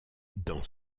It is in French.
dans